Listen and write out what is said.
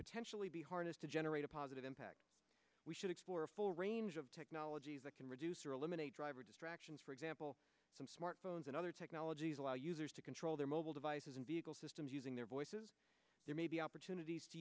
potentially be harnessed to generate a positive impact we should explore a full range of technologies that can reduce or eliminate driver distractions for example some smartphones and other technology allow users to control their mobile devices and vehicle systems using their voices there may be opportunities to